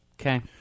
Okay